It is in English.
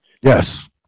Yes